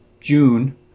June